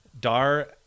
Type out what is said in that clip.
dar